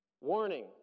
warning